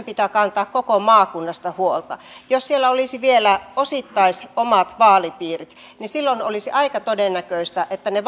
pitää kantaa koko maakunnasta huolta mutta jos siellä olisi vielä osittaiset omat vaalipiirit niin silloin olisi aika todennäköistä että ne